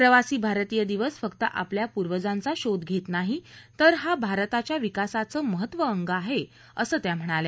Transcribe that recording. प्रवासी भारतीय दिवस फक्त आपल्या पूर्वजांचा शोध घेत नाही तर भारताच्या विकासाचं महत्वाचं अंग आहे असं त्या म्हणाल्या